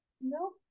Nope